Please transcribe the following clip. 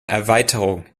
erweiterung